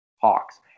Hawks